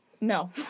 No